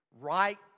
Right